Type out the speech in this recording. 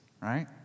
right